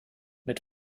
mit